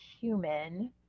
human